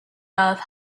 earth